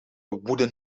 wooden